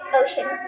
ocean